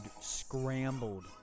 scrambled